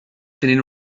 tenir